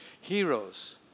Heroes